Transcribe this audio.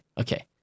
okay